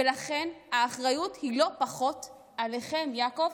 ולכן האחריות היא לא פחות עליכם, יעקב.